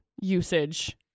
usage